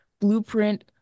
blueprint